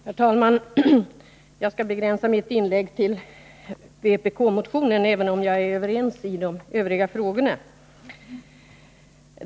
Herr talman! Jag skall begränsa mitt inlägg till att avse vpk-motionen och går inte in på de övriga frågorna.